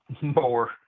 More